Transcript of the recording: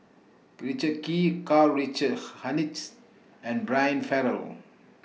Richard Kee Karl Richard Hanitsch and Brian Farrell